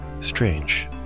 Strange